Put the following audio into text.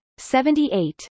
78